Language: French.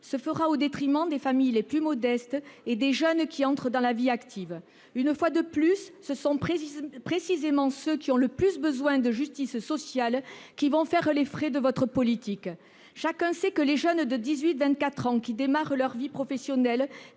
-se fera au détriment des familles les plus modestes et des jeunes qui entrent dans la vie active. Une fois de plus, ce sont précisément ceux qui ont le plus besoin de justice sociale qui vont faire les frais de votre politique. Chacun sait que les jeunes de 18 ans à 24 ans qui démarrent leur vie professionnelle,